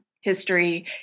history